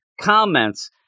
comments